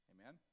Amen